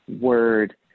word